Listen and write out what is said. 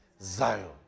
Zion